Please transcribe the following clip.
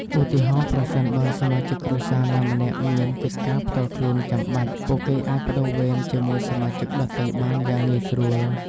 ឧទាហរណ៍ ប្រសិនបើសមាជិកគ្រួសារណាម្នាក់មានកិច្ចការផ្ទាល់ខ្លួនចាំបាច់ ពួកគេអាចប្តូរវេនជាមួយសមាជិកដទៃបានយ៉ាងងាយស្រួល។